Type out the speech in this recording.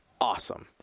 awesome